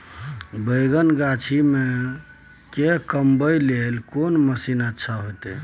बैंगन गाछी में के कमबै के लेल कोन मसीन अच्छा होय छै?